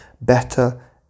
better